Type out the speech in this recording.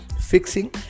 fixing